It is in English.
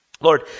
Lord